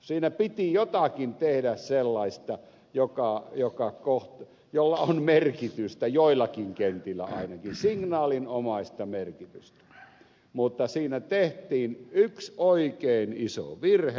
siinä piti tehdä jotakin sellaista jolla on merkitystä joillakin kentillä ainakin signaalinomaista merkitystä mutta siinä tehtiin yksi oikein iso virhe